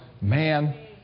man